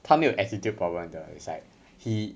他没有 attitude problem 的 it's like he